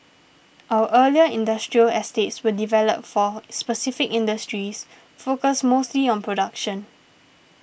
our earlier industrial estates were developed for specific industries focused mostly on production